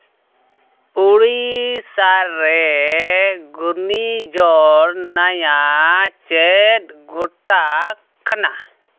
ᱩᱲᱤᱥᱟ ᱨᱮ ᱜᱷᱩᱨᱱᱤ ᱡᱷᱚᱲ ᱱᱚᱭᱟ ᱪᱮᱫ ᱜᱷᱚᱴᱟᱜ ᱠᱟᱱᱟ